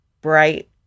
bright